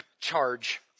charge